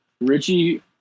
Richie